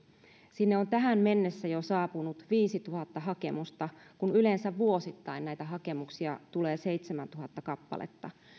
sinne on tähän mennessä saapunut jo viisituhatta hakemusta kun yleensä vuosittain näitä hakemuksia tulee seitsemäntuhatta kappaletta